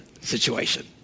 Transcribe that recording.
situation